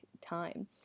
time